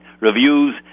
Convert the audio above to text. reviews